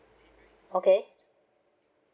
okay